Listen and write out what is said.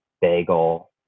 Bagel